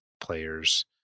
players